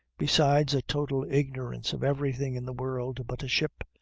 besides a total ignorance of everything in the world but a ship,